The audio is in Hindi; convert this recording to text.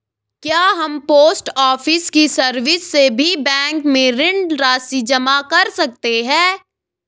क्या हम पोस्ट ऑफिस की सर्विस से भी बैंक में ऋण राशि जमा कर सकते हैं?